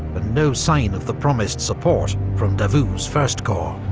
ah no sign of the promised support from davout's first corps.